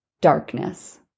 darkness